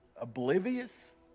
oblivious